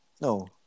No